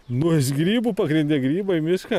nu iš grybų pagrinde grybai mišką